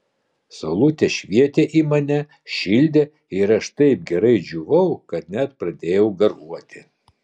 saulutė švietė į mane šildė ir aš taip gerai džiūvau kad net pradėjau garuoti